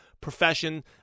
profession